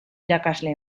irakasle